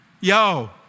yo